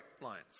lines